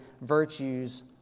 virtues